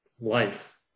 life